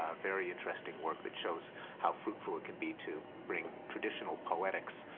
ah very interesting work that shows how fruitful it can be to bring traditional poetics,